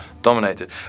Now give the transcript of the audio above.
dominated